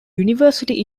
university